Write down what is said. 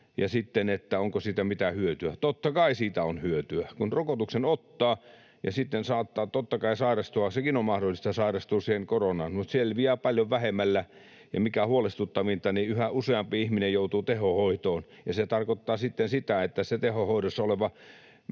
ja sitten siitä, onko siitä mitään hyötyä. Totta kai siitä on hyötyä. Kun rokotuksen ottaa ja sitten saattaa totta kai sairastua — sekin on mahdollista, että sairastuu siihen koronaan — niin selviää paljon vähemmällä. Ja mikä huolestuttavinta, yhä useampi ihminen joutuu tehohoitoon. Se tarkoittaa sitten sitä, että se tehohoidossa oleva